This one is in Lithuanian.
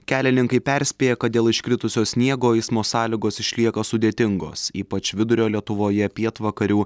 kelininkai perspėja kad dėl iškritusio sniego eismo sąlygos išlieka sudėtingos ypač vidurio lietuvoje pietvakarių